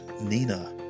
nina